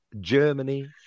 Germany